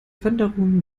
wanderung